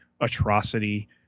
atrocity